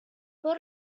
por